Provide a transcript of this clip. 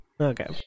Okay